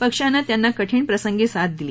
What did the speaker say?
पक्षानं त्यांना कठीण प्रसंगी साथ दिली